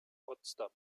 potsdam